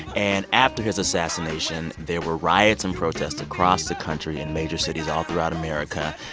and after his assassination, there were riots and protests across the country in major cities all throughout america.